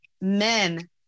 men